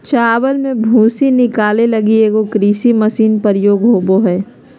चावल से भूसी निकाले लगी एगो कृषि मशीन प्रयोग होबो हइ